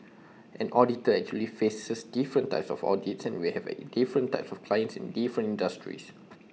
an auditor actually faces different types of audits and we have different types of clients in different industries